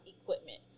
equipment